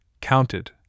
counted